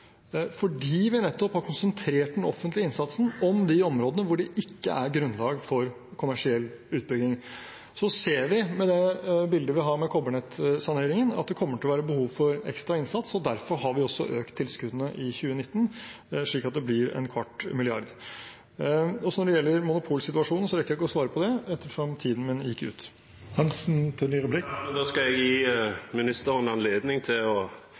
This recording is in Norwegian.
fordi vi nettopp har konsentrert den offentlige innsatsen om de områdene hvor det ikke er grunnlag for kommersiell utbygging. Så ser vi ut fra det bildet vi har med kobbernettsaneringen, at det kommer til å være behov for ekstra innsats. Derfor har vi også økt tilskuddene i 2019, slik at det blir en kvart milliard. Når det gjelder monopolsituasjonen, rekker jeg ikke å svare på det, ettersom tiden min gikk ut. Da skal jeg gi ministeren anledning til å